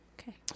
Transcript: Okay